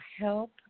help